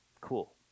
cool